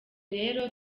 rero